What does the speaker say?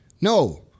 No